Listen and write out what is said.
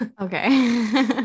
Okay